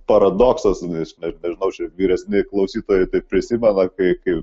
paradoksas nežinau vyresni klausytojai tai prisimena kai kai